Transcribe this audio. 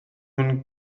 nhw